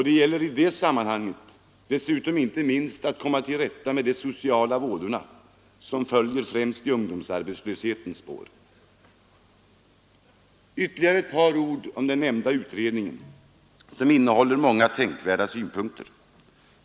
Det gäller i det sammanhanget dessutom inte minst att komma till rätta med de sociala vådorna, som följer främst i ungdomsarbetslöshetens spår. Ytterligare ett par ord om den nämnda utredningen, som innehåller många tänkvärda synpunkter.